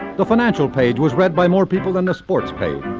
the financial page was read by more people than the sports page.